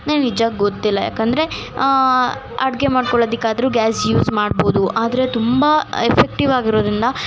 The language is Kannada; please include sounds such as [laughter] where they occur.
[unintelligible] ನಿಜ ಗೊತ್ತಿಲ್ಲ ಯಾಕಂದರೆ ಅಡಿಗೆ ಮಾಡ್ಕೊಳೊದಕ್ಕಾದ್ರೂ ಗ್ಯಾಸ್ ಯೂಸ್ ಮಾಡ್ಬೋದು ಆದರೆ ತುಂಬ ಎಫೆಕ್ಟಿವ್ ಆಗಿರೋದರಿಂದ